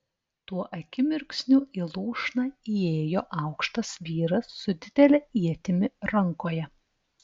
tuo akimirksniu į lūšną įėjo aukštas vyras su didele ietimi rankoje